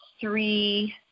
three